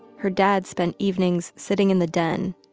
her dad spent evenings sitting in the den,